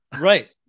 Right